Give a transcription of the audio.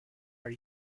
are